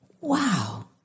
wow